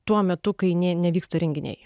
tuo metu kai ne nevyksta renginiai